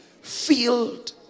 filled